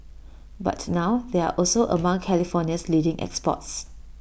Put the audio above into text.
but now they are also among California's leading exports